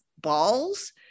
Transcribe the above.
balls